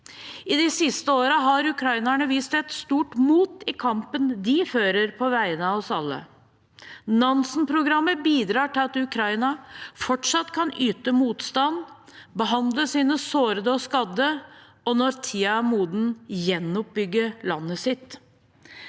I de siste årene har ukrainerne vist et stort mot i kampen de fører på vegne av oss alle. Nansen-programmet bidrar til at Ukraina fortsatt kan yte motstand, behandle sine sårede og skadde og, når tiden er moden, gjenoppbygge landet sitt.